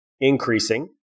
increasing